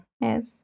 Yes